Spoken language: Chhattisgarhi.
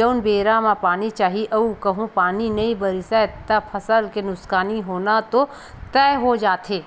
जउन बेरा म पानी चाही अऊ कहूँ पानी नई बरसिस त फसल के नुकसानी होना तो तय हो जाथे